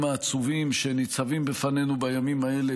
העצומים שניצבים בפנינו בימים האלה,